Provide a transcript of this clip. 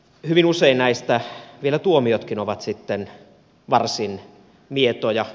hyvin usein vielä tuomiotkin ovat varsin mietoja